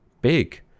big